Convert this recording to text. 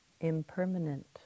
impermanent